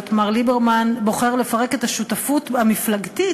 מר ליברמן בוחר לפרק את השותפות המפלגתית,